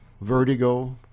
Vertigo